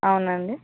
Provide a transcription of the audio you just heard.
అవునండి